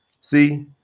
See